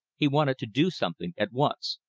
he wanted to do something at once.